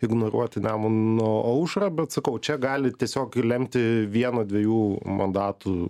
ignoruoti nemuno aušrą bet sakau čia gali tiesiog lemti vieno dviejų mandatų